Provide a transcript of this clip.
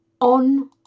on